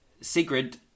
Sigrid